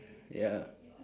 ya